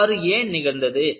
இவ்வாறு ஏன் நிகழ்ந்தது